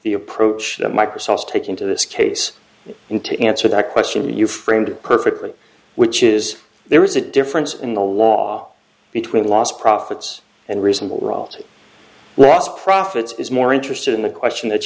the approach that microsoft taking to this case and to answer that question you framed it perfectly which is there is a difference in the law between lost profits and reasonable royalty lost profits is more interested in the question that